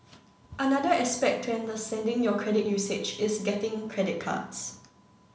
another aspect to understanding your credit usage is getting credit cards